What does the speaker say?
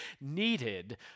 needed